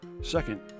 Second